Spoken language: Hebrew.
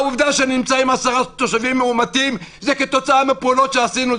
העובדה שנמצאים עשרה תושבים מאומתים זה כתוצאה מפעולות שעשינו,